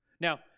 Now